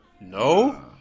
No